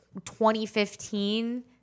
2015